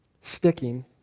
sticking